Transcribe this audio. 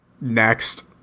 Next